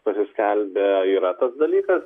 pasiskelbia yra tas dalykas